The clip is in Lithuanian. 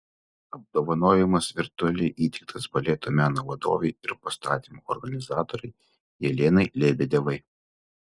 apdovanojimas virtualiai įteiktas baleto meno vadovei ir pastatymų organizatorei jelenai lebedevai